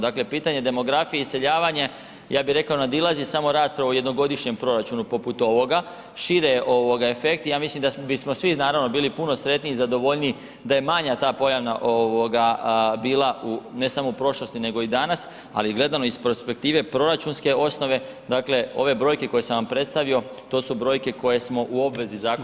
Dakle, pitanje demografije i iseljavanje, ja bih rekao nadilazi samo raspravu o jednogodišnjem proračunu poput ovoga, šire je efekt i ja mislim da bismo svi naravno bili puno sretniji i zadovoljniji da je manja ta pojava bila ne samo prošlosti nego i danas, ali gledamo iz perspektivne proračunske osnove, dakle, ove brojke koje sam vam predstavio, to su brojke koje smo u obvezi [[Upadica: Zahvaljujem.]] zakonskoj.